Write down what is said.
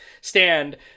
stand